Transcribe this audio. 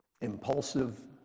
impulsive